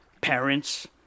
parents